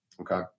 Okay